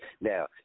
Now